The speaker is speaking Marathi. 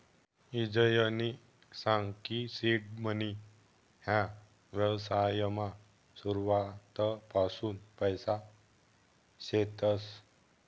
ईजयनी सांग की सीड मनी ह्या व्यवसायमा सुरुवातपासून पैसा शेतस